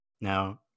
now